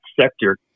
sector